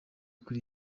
kuri